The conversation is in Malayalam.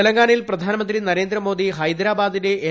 തെലങ്കാനയിൽ പ്രധാനമന്ത്രി നരേന്ദ്രമോദി ഹൈദരാബാദിലെ എൽ